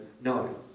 no